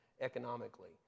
economically